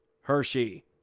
Hershey